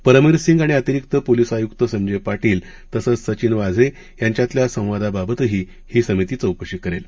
परमवीर सिंग आणि अतिरिक्त पोलीस आयुक्त संजय पाटील तसंच सचिन वाझे यांच्यातल्या संवादाबाबतही ही समिती चौकशी करेल